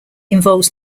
involves